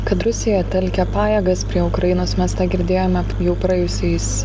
kad rusija telkia pajėgas prie ukrainos mes tą girdėjome jau praėjusiais